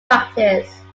practice